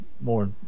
more